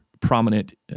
prominent